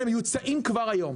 כול הדברים האלה מיוצאים כבר היום,